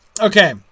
Okay